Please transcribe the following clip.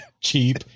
cheap